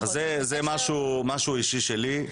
זה משהו אישי שלי,